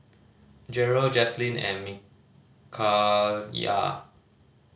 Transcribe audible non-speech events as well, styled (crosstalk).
Jerel Jaslyn and (unintelligible)